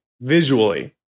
visually